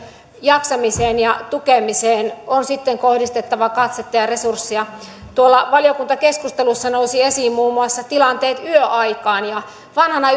jaksamiseen ja tukemiseen on sitten kohdistettava katsetta ja resursseja tuolla valiokuntakeskustelussa nousivat esiin muun muassa tilanteet yöaikaan vanhana